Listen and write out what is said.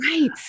Right